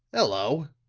hello!